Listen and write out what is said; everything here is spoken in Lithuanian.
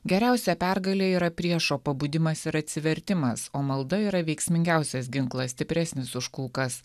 geriausia pergalė yra priešo pabudimas ir atsivertimas o malda yra veiksmingiausias ginklas stipresnis už kulkas